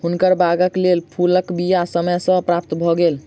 हुनकर बागक लेल फूलक बीया समय सॅ प्राप्त भ गेल